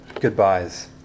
goodbyes